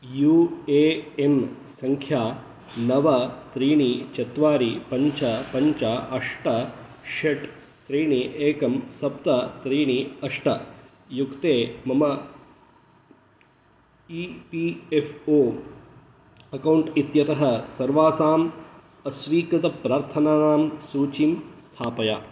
U A N सङ्ख्या नव त्रीणि चत्वारि पञ्च पञ्च अष्ट षट् त्रीणि एकं सप्त त्रीणि अष्ट युक्ते मम E P F O account इत्यतः सर्वासाम् अस्वीकृतप्रार्थनानां सूचीं स्थापय